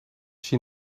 she